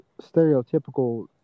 stereotypical